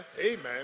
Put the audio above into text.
Amen